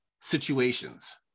situations